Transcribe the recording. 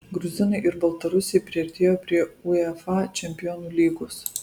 gruzinai ir baltarusiai priartėjo prie uefa čempionų lygos